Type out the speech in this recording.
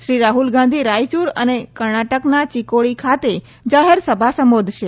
શ્રી રાહુલ ગાંધી રાયચુર અને કર્ણાટકના ચિકોડી ખાતે જાહેરસભા સંબોધશે